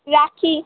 রাখি